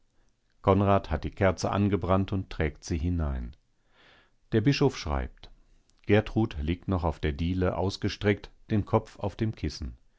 konrad hat die kerze angebrannt und trägt sie hinein der bischof schreibt gertrud liegt noch auf der diele ausgestreckt den kopf auf dem kissen